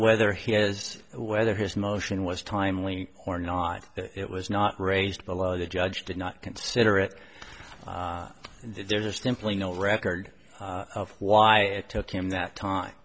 whether he has whether his motion was timely or not it was not raised by law the judge did not consider it there just him playing no record of why it took him that time